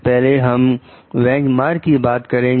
पहले हम benchmark की बात करेंगे